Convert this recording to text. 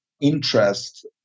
interest